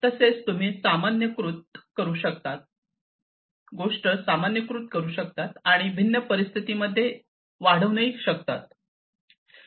तसेच ही गोष्ट तुम्ही सामान्यीकृत करू शकता आणि भिन्न परिस्थितीमध्ये वाढवूही शकता